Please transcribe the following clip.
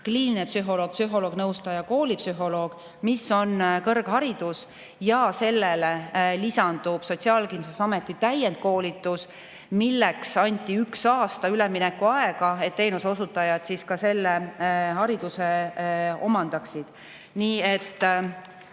kliiniline psühholoog, psühholoog-nõustaja, koolipsühholoog, mis on kõrgharidus, ja sellele lisandub Sotsiaalkindlustusameti täiendkoolitus, milleks anti üks aasta üleminekuaega, et teenuse osutajad ka selle hariduse omandaksid. Nii et